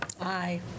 Aye